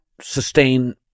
sustain